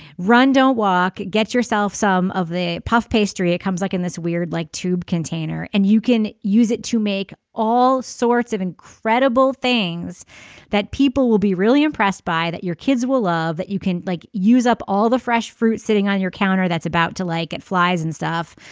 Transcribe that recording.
run don't walk get yourself some of the puff pastry it comes like in this weird like tube container and you can use it to make all sorts of incredible things that people will be really impressed by that your kids will love that you can like use up all the fresh fruit sitting on your counter. that's about to like it flies and stuff.